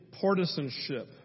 partisanship